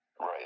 Right